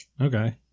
Okay